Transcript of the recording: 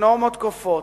כנורמות כופות.